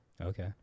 Okay